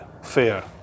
fair